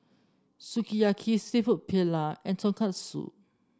Sukiyaki seafood Paella and Tonkatsu